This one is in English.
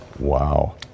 Wow